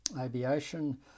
aviation